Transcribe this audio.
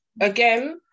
again